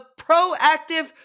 proactive